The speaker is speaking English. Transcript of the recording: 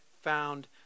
found